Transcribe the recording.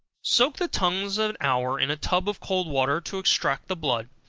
soak the tongues an hour in a tub of cold water to extract the blood,